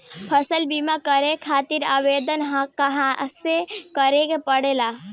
फसल बीमा करे खातिर आवेदन कहाँसे करे के पड़ेला?